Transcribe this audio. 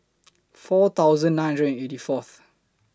four thousand nine hundred and eighty Fourth